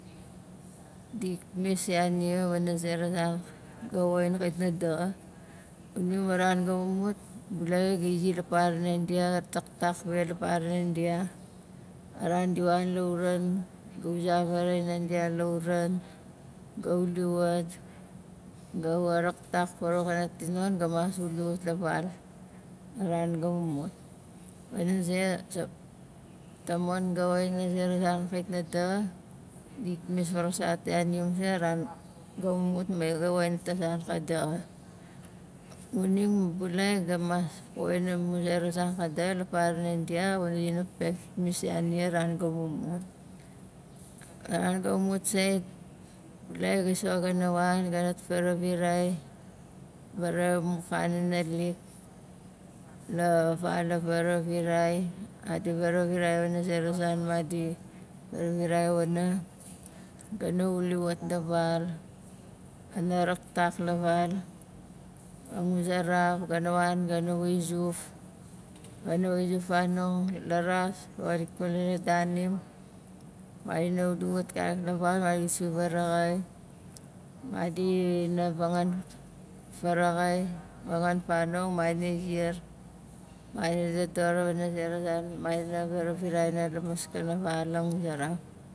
Di pnis ya nia wana zera zan gai woxin kaiit na daxa xuning ma ran ga mumut bulai gai zi la para nandia, taktak be la para nandia a ran di wan lauran ga uza vaaraxai nandia lauran ga wuli wat ga wa raktak farauwak zonon ga mas wuli wat la val a ran ga mumut wana ze tamon gai woxin a zera zan kait na daxa dit pnis faraksat ya nia wana ze ga mumut mai gai woxin tazan ka daxa xuning ma bulai ga mas poxin amu zera zan ka daxa la para nandia wana dina pen pnis ya nia la ran ga mumut a ran ga mumut sait bulai gai so ga na wan ga na faravirai varaxai amu kana naalik la val a varavirai madi varavirai wana zera zan madi varavirai wana ga na wuli wat la val ga na raktak la val languzaraf ga na wan ga na wai zuf, ga na wai zuf fanong la ras o ikula la daanim madina wuli wat karik la val madi si vaaraxai madi na vangaan faraxai, fangaang fanong madi ziar madina dodor wana zera zan madina varavirai la maskana val languzaraf